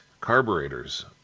carburetors